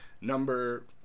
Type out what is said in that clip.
Number